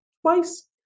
twice